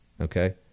okay